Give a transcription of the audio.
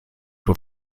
were